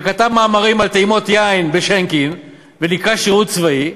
שכתב מאמרים על טעימות יין בשינקין וזה נקרא "שירות צבאי",